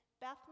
Beth